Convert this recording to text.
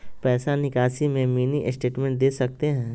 पैसा निकासी में मिनी स्टेटमेंट दे सकते हैं?